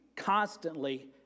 Constantly